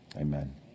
amen